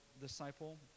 disciple